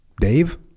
Dave